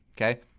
Okay